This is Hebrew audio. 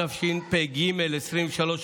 התשפ"ג 2023,